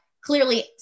clearly